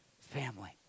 family